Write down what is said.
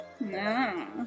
No